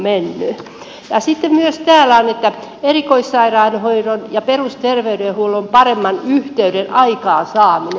sitten täällä myös on erikoissairaanhoidon ja perusterveydenhuollon paremman yhteyden aikaansaaminen